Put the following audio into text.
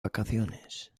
vacaciones